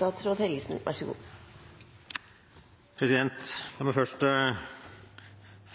La meg først